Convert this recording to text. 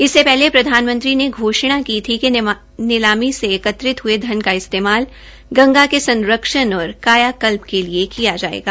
इससे पहले प्रधानमंत्री ने घोषणा की थी कि नीलामी से एकत्रित ह्ये धन का इस्तेमाल गंगा के संरक्षण और कायाकल्प् के लिए किया जायेगा